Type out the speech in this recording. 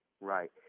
Right